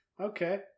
Okay